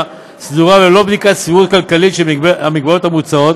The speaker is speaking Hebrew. סדורה וללא בדיקת סבירות כלכלית של המגבלות המוצעות,